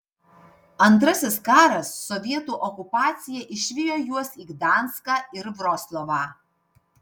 antrasis karas sovietų okupacija išvijo juos į gdanską ir vroclavą